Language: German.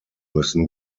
müssen